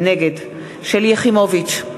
נגד שלי יחימוביץ,